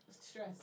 stress